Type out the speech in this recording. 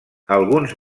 alguns